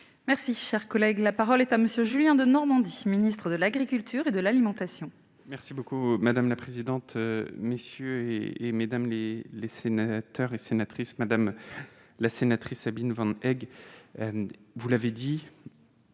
Merci, cher collègue, la parole est à monsieur Julien de Normandie Ministre de l'Agriculture et de l'alimentation. Merci beaucoup, madame la présidente, messieurs et mesdames les les sénateurs et sénatrices madame la sénatrice Sabine Van Egg, vous l'avez dit,